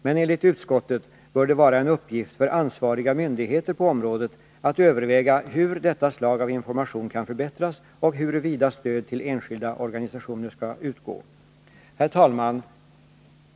Men enligt utskottet bör det vara en uppgift för ansvariga myndigheter på området att överväga hur detta slag av information kan förbättras och huruvida stöd till enskilda organisationer skall utgå. Herr talman!